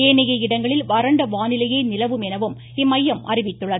ஏனைய இடங்களில் வறண்ட வானிலையே நிலவும் எனவும் இம்மையம் அறிவித்துள்ளது